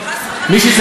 חס